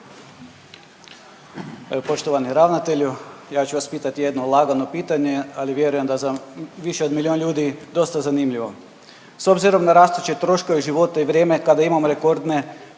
Poštovani ravnatelju, ja ću vas pitati jedno lagano pitanje, ali vjerujem da za više od milijun ljudi dosta zanimljivo. S obzirom na rastuće troškove života i vrijeme kada imamo rekordne